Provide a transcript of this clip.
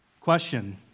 Question